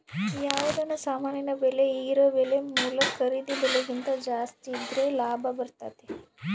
ಯಾವುದನ ಸಾಮಾನಿನ ಬೆಲೆ ಈಗಿರೊ ಬೆಲೆ ಮೂಲ ಖರೀದಿ ಬೆಲೆಕಿಂತ ಜಾಸ್ತಿದ್ರೆ ಲಾಭ ಬರ್ತತತೆ